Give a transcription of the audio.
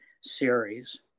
series